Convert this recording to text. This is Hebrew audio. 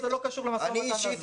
זה לא קשור למשא-ומתן הזה.